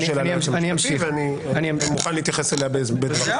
זו לא שאלה לייעוץ המשפטי ואני מוכן להתייחס אליה בדבריי.